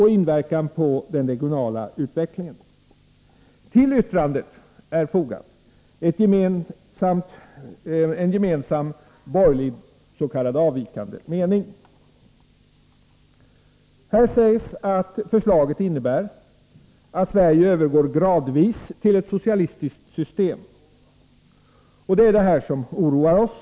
Här 20 december 1983 sägs att förslaget innebär att Sverige gradvis övergår till ett socialistiskt system. Det är detta som oroar oss.